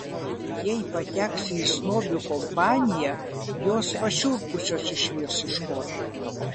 jei pateksiu į snobių kompaniją jos pašiurpusios išvirs iš koto